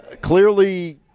clearly